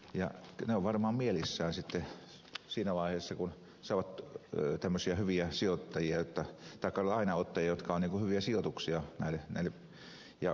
he ovat varmaan mielissään siinä vaiheessa kun saavat tällaisia hyviä lainanottajia jotka ovat hyviä sijoituksia näille ja veronmaksajat maksavat